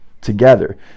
together